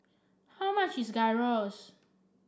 how much is Gyros